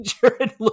Jared